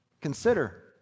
Consider